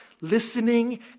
listening